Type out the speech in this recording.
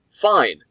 fine